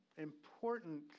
important